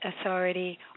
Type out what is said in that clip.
authority